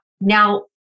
Now